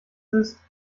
ist